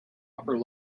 upper